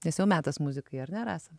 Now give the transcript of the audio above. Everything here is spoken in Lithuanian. nes jau metas muzikai ar ne rasa